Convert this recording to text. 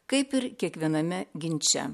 kaip ir kiekviename ginče